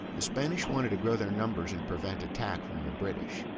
the spanish wanted to grow their numbers and prevent attack from the british,